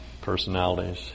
personalities